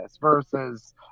versus